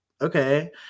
okay